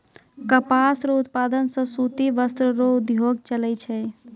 कपास रो उप्तादन से सूती वस्त्र रो उद्योग चलै छै